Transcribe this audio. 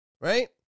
Right